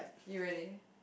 you ready